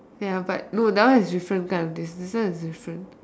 ya but no that one is different kind of this this one is different